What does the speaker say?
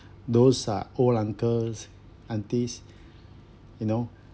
those are all uncles aunties you know